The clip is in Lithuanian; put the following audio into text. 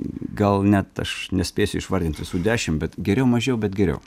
gal net aš nespėsiu išvardinti visų dešimt bet geriau mažiau bet geriau